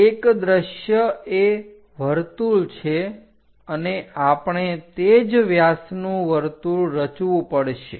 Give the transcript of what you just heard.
તો એક દ્રશ્ય એ વર્તુળ છે અને આપણે તે જ વ્યાસનું વર્તુળ રચવું પડશે